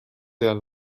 there